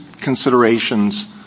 considerations